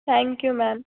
thank you ma'am